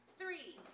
three